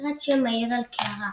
נחרט שם העיר על קערה,